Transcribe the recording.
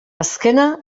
azkena